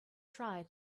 try